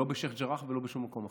לא בשיח' ג'ראח ולא בשום מקום אחר.